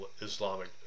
Islamic